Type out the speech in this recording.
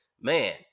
man